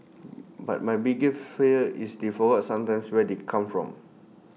but my bigger fear is they forward sometimes where they come from